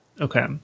Okay